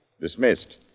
Dismissed